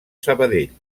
sabadell